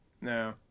no